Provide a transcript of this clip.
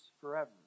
forever